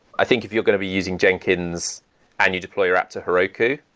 i think if you're going to be using jenkins and you deploy your app to heroku,